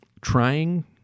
trying